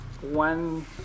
One